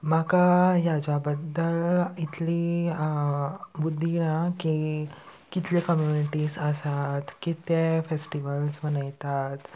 म्हाका ह्याच्या बद्दल इतली बुद्दी ना की कितले कम्युनिटीज आसात कितले फेस्टिवल्स मनयतात